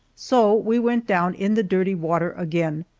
so we went down in the dirty water again,